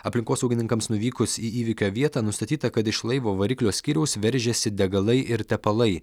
aplinkosaugininkams nuvykus į įvykio vietą nustatyta kad iš laivo variklio skyriaus veržiasi degalai ir tepalai